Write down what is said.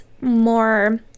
more